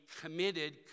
committed